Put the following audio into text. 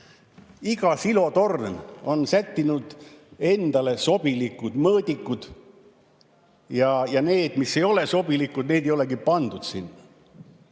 Iga silotorn on sättinud endale sobilikud mõõdikud ja neid, mis ei ole sobilikud, ei olegi sinna